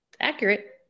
accurate